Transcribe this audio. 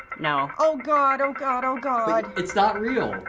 no. oh god, oh god, oh god. but it's not real. ah,